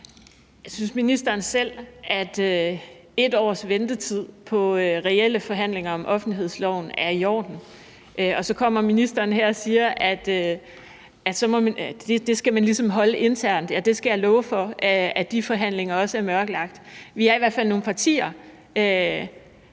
Synes ministeren selv, at 1 års ventetid på reelle forhandlinger om offentlighedsloven er i orden? Så kommer ministeren her og siger, at det skal man ligesom holde internt. Ja, det skal jeg love for: De forhandlinger er også mørkelagt. Vi er i hvert fald nogle partier,